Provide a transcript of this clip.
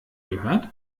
gehört